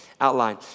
outline